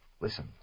Listen